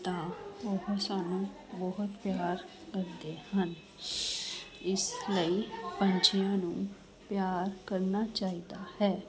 ਤਾਂ ਉਹ ਸਾਨੂੰ ਬਹੁਤ ਪਿਆਰ ਕਰਦੇ ਹਨ ਇਸ ਲਈ ਪੰਛੀਆਂ ਨੂੰ ਪਿਆਰ ਕਰਨਾ ਚਾਹੀਦਾ ਹੈ